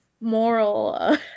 moral